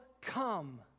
come